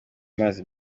amazi